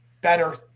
better